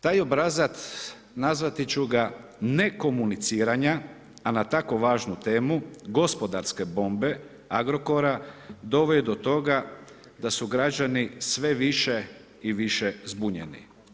Taj obrazac, nazvati ću ga ne komuniciranja, a na tako važnu temu gospodarske pombe Agrokora, doveo je do toga da su građani sve više i više zbunjeni.